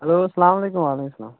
hello السلامُ علیکم وعلیکُم السلام